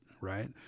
right